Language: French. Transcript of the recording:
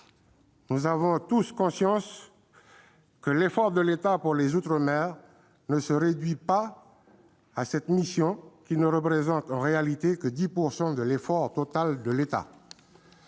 Nous en avons tous conscience, l'effort de l'État pour les outre-mer ne se réduit pas à cette mission, qui ne représente en réalité que 10 % de l'effort total de l'État.